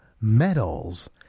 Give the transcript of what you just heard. medals